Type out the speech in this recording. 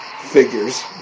Figures